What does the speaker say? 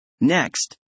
Next